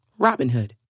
Robinhood